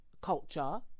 culture